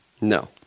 No